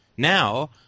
Now